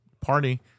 party